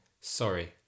sorry